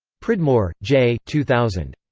pridmore, jay two thousand.